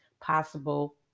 possible